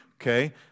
okay